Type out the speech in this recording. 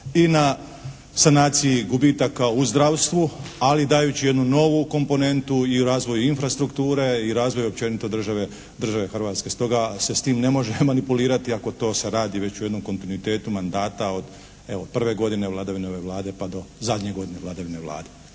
i na sanaciji gubitaka u zdravstvu ali dajući i jednu novu komponentu i razvoju infrastrukture i razvoju općenito države, države Hrvatske. Stoga se s tim ne može manipulirati ako to se radi već u jednom kontinuitetu mandata od evo prve godine vladavine ove Vlade pa do zadnje godine vladavine Vlade.